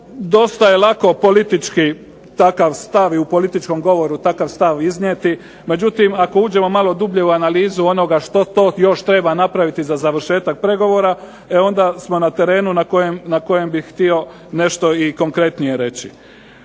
Dosta je lako politički takav stav i u političkom govoru takav stav iznijeti, međutim ako uđemo malo dublje u analizu onoga što to još treba napraviti za završetak pregovora e onda smo na terenu na kojem bih htio nešto i konkretnije reći.